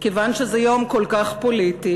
כיוון שזה יום כל כך פוליטי,